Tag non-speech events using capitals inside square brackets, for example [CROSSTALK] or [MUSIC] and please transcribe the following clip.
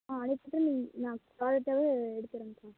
ஆ அனுப்பிவிட்டு நீங்கள் நான் [UNINTELLIGIBLE]